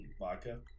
Vodka